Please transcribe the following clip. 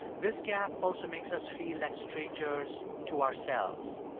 this gap also makes us feel like strangers to ourselves.